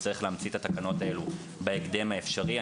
וצריך להמציא את התקנות האלו בהקדם האפשרי.